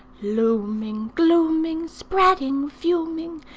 looming, glooming, spreading, fuming,